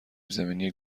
زمینی